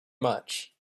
much